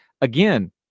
again